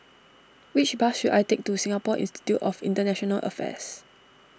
which bus should I take to Singapore Institute of International Affairs